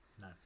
no